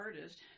artist